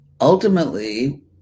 ultimately